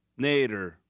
Nader